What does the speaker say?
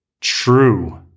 true